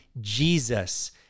jesus